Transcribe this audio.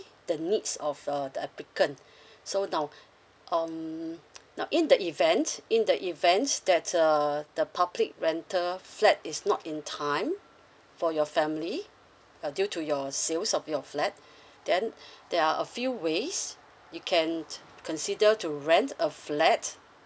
the needs of uh the applicant so now um now in the event in the events that uh the public rental flat is not in time for your family uh due to your sales of your flat then there are a few ways you can consider to rent a flat